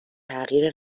تغییر